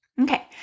Okay